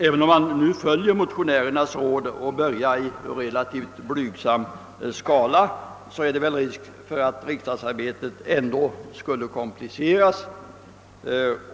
Även om man följer motionärernas råd och börjar i relativt blygsam skala finns viss risk för att riksdagsarbetet ändå skulle kompliceras.